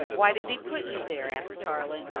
why did he put you there? asked tarling.